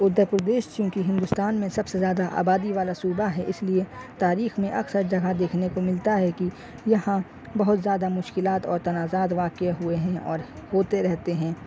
اتر پردیش چونکہ ہندوستان میں سب سے زیادہ آبادی والا صوبہ ہے اس لیے تاریخ میں اکثر جگہ دیکھنے کو ملتا ہے کہ یہاں بہت زیادہ مشکلات اور تنازعات واقع ہوئے ہیں اور ہوتے رہتے ہیں